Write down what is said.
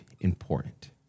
important